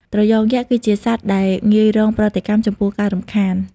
ត្រយងយក្សគឺជាសត្វដែល ងាយរងប្រតិកម្មចំពោះការរំខាន។